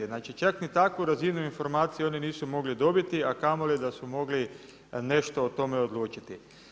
Znači čak ni takvu razinu informacije oni nisu mogli dobiti, a kamoli da su mogli nešto o tome odlučiti.